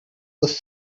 was